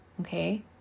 Okay